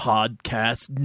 Podcast